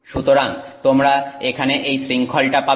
সুতরাং তোমরা এখানে এই শৃংখলটা পাবে